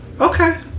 Okay